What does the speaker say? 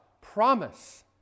promise